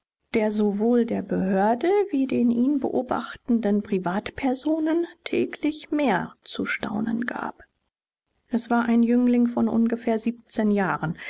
der sowohl der behörde wie den ihn beobachtenden privatpersonen täglich mehr zu staunen gab es war ein jüngling von ungefähr siebzehn jahren